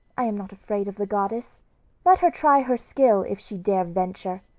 i am not afraid of the goddess let her try her skill, if she dare venture.